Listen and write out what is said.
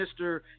Mr